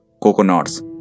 coconuts